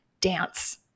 dance